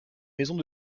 maisons